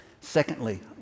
Secondly